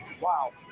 wow